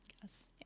Yes